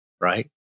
right